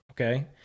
Okay